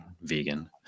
vegan